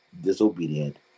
disobedient